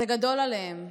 זה גדול עליהם,